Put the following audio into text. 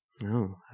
No